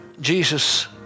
Jesus